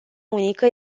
unică